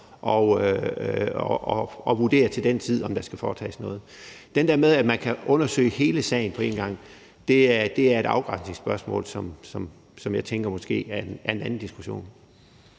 at vurdere, om der skal foretages noget. Til det der med, at man kan undersøge hele sagen på en gang, vil jeg sige, at det er et afgrænsningsspørgsmål, som jeg tænker måske er en anden diskussion.